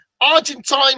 argentine